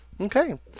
Okay